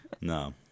no